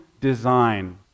design